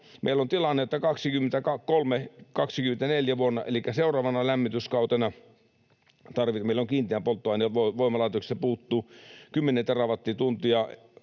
meillä on tilanne, että vuonna 23 ja 24 elikkä seuraavana lämmityskautena meillä kiinteän polttoaineen voimalaitoksista puuttuu kymmenen terawattituntia